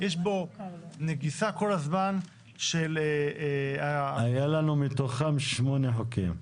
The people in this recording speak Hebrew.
יש בו נגיסה כל הזמן של --- היה לנו מתוכם שמונה חוקים.